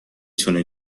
تونه